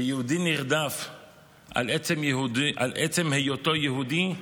ויהודי נרדף על עצם היותו יהודי,